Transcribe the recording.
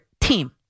team